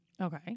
Okay